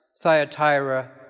Thyatira